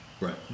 Right